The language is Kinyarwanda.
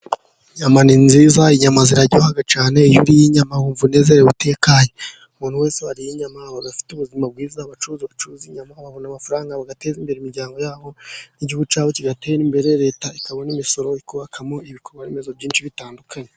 Inyama ni nziza, inyama ziraryoha cyane, iyo uriye inyama wumva unezerewe utekanye, umuntu wese wariye inyama, ab'afite ubuzima bwiza. abacuruzi bacuruzi inyama babona amafaranga bateza imbere imiryango yabo n'igihugu cyabo kigatera imbere, leta ikabona n'imisoro ikubakamo ibikorwa remezo byinshi bitandukanye.